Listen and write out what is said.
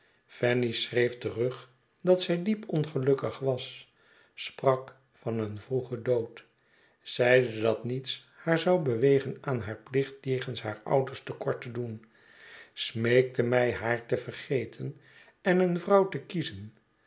fanny schreef terug dat zij diep ongelukkig was sprak van een vroegen dood zeide dat niets haar zou bewegen aan haar plicht jegens haar ouders te kort tedoen smeekte mij haar te vergeten en een vrouw te kiezen